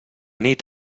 nit